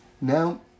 Now